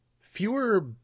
fewer